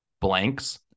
blanks